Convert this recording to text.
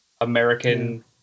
American